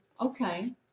Okay